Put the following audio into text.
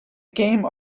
game